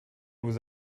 vous